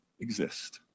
exist